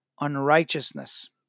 unrighteousness